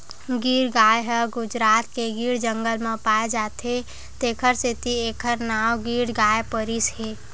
गीर गाय ह गुजरात के गीर जंगल म पाए जाथे तेखर सेती एखर नांव गीर गाय परिस हे